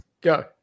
Go